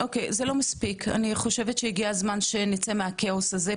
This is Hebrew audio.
לא מספיק, אני חושבת שהגיע הזמן שנצא מהכאוס הזה.